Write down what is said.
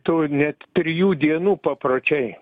tų net trijų dienų papročiai